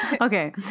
okay